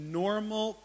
normal